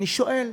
אני שואל,